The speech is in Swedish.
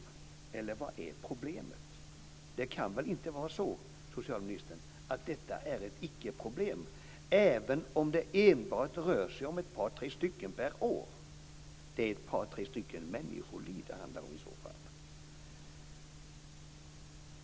Eller var är svårigheten? Det kan väl inte vara så, socialministern, att detta är ett icke-problem, även om det enbart rör sig om ett par, tre fall per år. Det är ett par, tre människoliv som det i så fall handlar om.